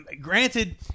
granted